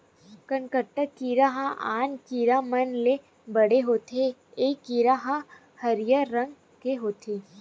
कनकट्टा कीरा ह आन कीरा मन ले बड़े होथे ए कीरा ह हरियर रंग के होथे